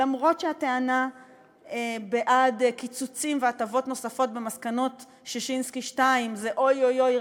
אף שהטענה בעד קיצוצים והטבות נוספות במסקנות ששינסקי 2 זה אוי אוי אוי,